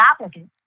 applicants